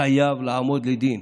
חייב לעמוד לדין.